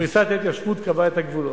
פריסת ההתיישבות קבעה את הגבולות.